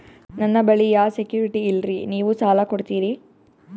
ನನ್ನ ಬಳಿ ಯಾ ಸೆಕ್ಯುರಿಟಿ ಇಲ್ರಿ ನೀವು ಸಾಲ ಕೊಡ್ತೀರಿ?